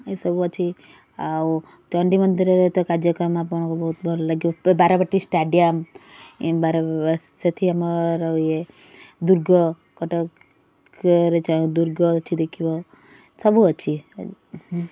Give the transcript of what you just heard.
ଏସବୁ ଅଛି ଆଉ ଚଣ୍ଡୀମନ୍ଦିରରେ ତ କାର୍ଯ୍ୟକ୍ରମ ଆପଣଙ୍କୁ ବହୁତ ଭଲଲାଗିବ ବାରବାଟୀ ଷ୍ଟାଡି଼ୟମ ବାରବା ସେଇଠି ଆମର ଇଏ ଦୁର୍ଗ କଟକରେ ଯେଉଁ ଦୁର୍ଗ ଅଛି ଦେଖିବ ସବୁ ଅଛି ଏ ହୁଁ